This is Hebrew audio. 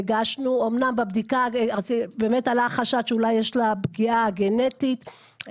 אמנם בבדיקה עלה חשד שאולי יש לה פגיעה גנטית,